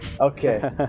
Okay